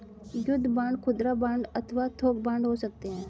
युद्ध बांड खुदरा बांड अथवा थोक बांड हो सकते हैं